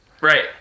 Right